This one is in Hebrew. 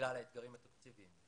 בגלל האתגרים התקציביים.